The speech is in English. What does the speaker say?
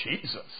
Jesus